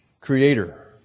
Creator